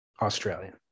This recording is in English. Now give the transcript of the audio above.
Australian